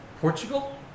Portugal